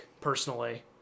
personally